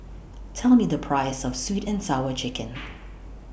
Tell Me The Price of Sweet and Sour Chicken